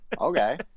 Okay